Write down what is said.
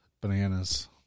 bananas